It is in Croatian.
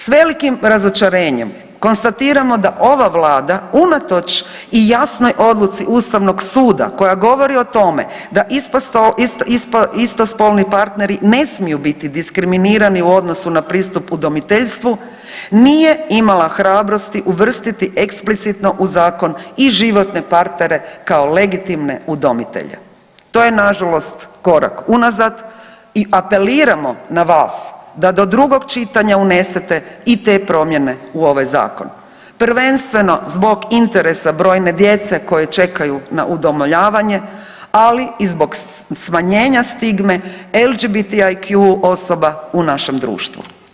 S velikim razočarenjem konstatiramo da ova Vlada unatoč i jasnoj odluci Ustavnog suda koja govori o tome da istospolni partneri ne smiju biti diskriminirani u odnosu na pristup udomiteljstvu nije imala hrabrosti uvrstiti eksplicitno u zakon i životne partnere kao legitimne udomitelje, to je nažalost korak unazad i apeliramo na vas da do drugog čitanja unesete i te promjene u ovaj zakon, prvenstveno zbog interesa brojne djece koja čekaju na udomljavanje, ali i zbog smanjenja stigme LGBTQ osoba u našem društvu.